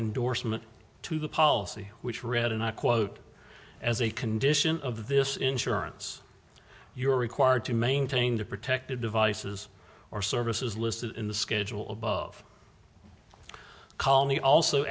endorsement to the policy which read and i quote as a condition of this insurance you're required to maintain the protective devices or services listed in the schedule above call me also